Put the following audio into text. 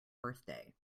birthday